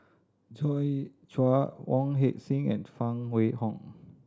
Joi Chua Wong Heck Sing and Phan Wait Hong